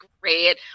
great